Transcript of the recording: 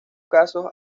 casos